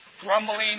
Grumbling